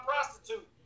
prostitute